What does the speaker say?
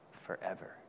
Forever